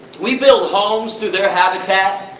we build homes through their habitat.